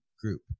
group